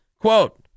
quote